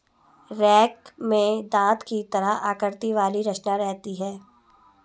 rake में दाँत की तरह आकृति वाली रचना रहती है